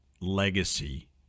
legacy